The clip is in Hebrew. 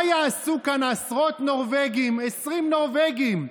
מה יעשו כאן עשרות נורבגים, 20 נורבגים,